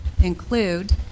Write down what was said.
include